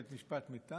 בית המשפט מטעם,